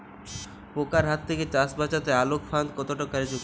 পোকার হাত থেকে চাষ বাচাতে আলোক ফাঁদ কতটা কার্যকর?